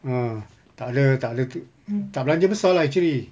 ah tak ada tak ada tak belanja besar lah actually